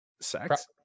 sex